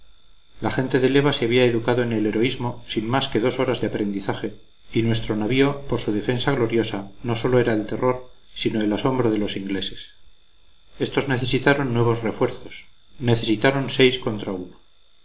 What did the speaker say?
la gente de leva se había educado en el heroísmo sin más que dos horas de aprendizaje y nuestro navío por su defensa gloriosa no sólo era el terror sino el asombro de los ingleses estos necesitaron nuevos refuerzos necesitaron seis contra uno